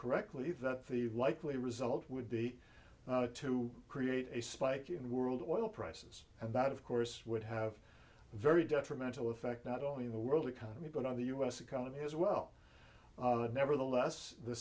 correctly that the likely result would be to create a spike in world oil prices and that of course would have a very detrimental effect not only in the world economy but on the u s economy as well nevertheless the